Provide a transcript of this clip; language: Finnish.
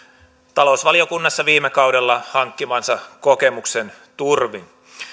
talousvaliokunnassa viime kaudella hankkimansa kokemuksen turvin